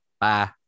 Bye